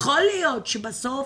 יכול להיות שבסוף